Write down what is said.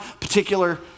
particular